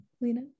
lena